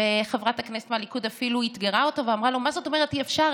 חברת הכנסת מהליכוד אפילו אתגרה אותו ואמרה לו: מה זאת אומרת אי-אפשר?